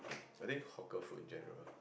I think hawker food in general